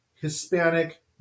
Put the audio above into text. Hispanic